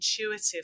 intuitive